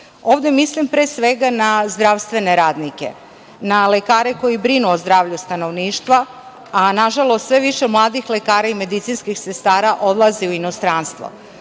Ovde mislim, pre svega, na zdravstvene radnike, na lekare koji brinu o zdravlju stanovništva, a nažalost sve više mladih lekara i medicinskih sestara odlazi u inostranstvo,